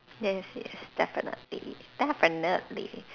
yes yes definitely definitely